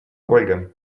ольга